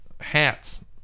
hats